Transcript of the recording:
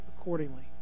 accordingly